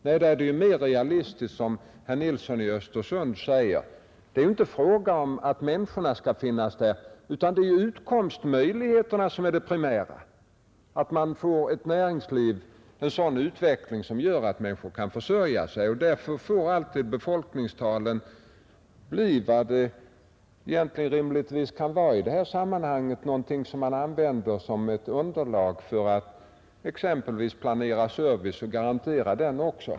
Nej, det är mer realistiskt, som herr Nilsson i Östersund säger, att det inte är fråga om människorna som skall finnas där, utan att utkomstmöjligheterna är det primära, dvs. att man får ett näringsliv med en sådan utveckling att människorna kan försörja sig. Därför får befolkningstalen bli vad de rimligen bör vara i sådana sammanhang, dvs. något att använda som ett underlag för att exempelvis planera och garantera service.